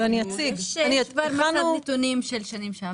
יש נתונים של שנים קודמות.